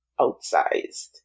outsized